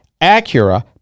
Acura